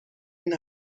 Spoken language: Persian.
این